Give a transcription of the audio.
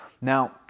now